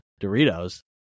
Doritos